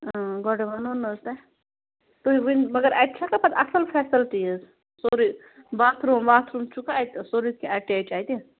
گۄڈٕ وَنَو نا حظ تۄہہِ تُہۍ ؤنِو مگر اَتہِ چھکھا پتہٕ اَصٕل فیسَلٹیٖز سورُے باتھ روٗم واتھ روٗم چھُکھا اَتہِ سورُے کیٚنٛہہ ایٹیچ اَتہِ